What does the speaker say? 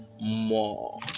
more